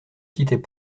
quittait